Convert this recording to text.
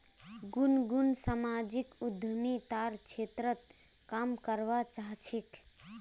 गुनगुन सामाजिक उद्यमितार क्षेत्रत काम करवा चाह छेक